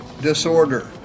disorder